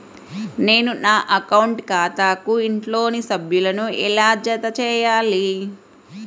నేను నా అకౌంట్ ఖాతాకు ఇంట్లోని సభ్యులను ఎలా జతచేయాలి?